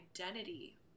identity